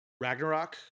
Ragnarok